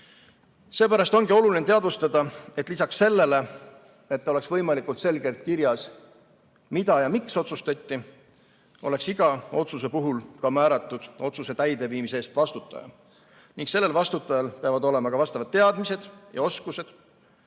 Seepärast ongi oluline teadvustada, et lisaks sellele, et oleks võimalikult selgelt kirjas, mida ja miks otsustati, oleks iga otsuse puhul ka määratud otsuse täideviimise eest vastutaja. Sellel vastutajal peavad olema ka vastavad teadmised ja oskused,